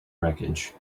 wreckage